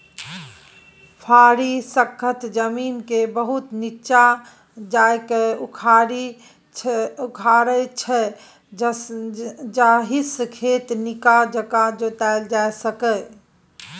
फारी सक्खत जमीनकेँ बहुत नीच्चाँ जाकए उखारै छै जाहिसँ खेत नीक जकाँ जोताएल जाइ छै